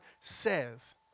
says